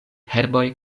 herboj